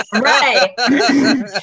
Right